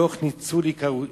תוך ניצול היכרותם